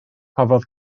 cafodd